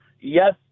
yes